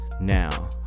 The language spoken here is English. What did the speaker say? Now